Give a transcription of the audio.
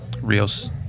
Rios